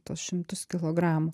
tuos šimtus kilogramų